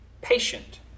patient